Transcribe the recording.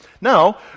Now